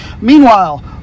meanwhile